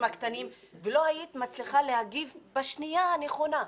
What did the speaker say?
הקטנים ולא היית מצליחה להגיב בשנייה הנכונה,